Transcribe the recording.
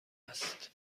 است